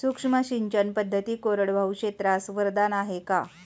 सूक्ष्म सिंचन पद्धती कोरडवाहू क्षेत्रास वरदान आहे का?